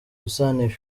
umukinnyi